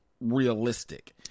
realistic